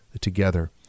together